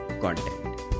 content